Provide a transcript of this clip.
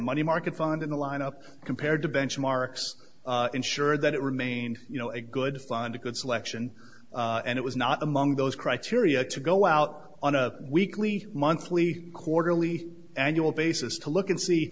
money market fund in the lineup compared to benchmarks ensure that it remained you know a good find a good selection and it was not among those criteria to go out on a weekly monthly quarterly annual basis to look and see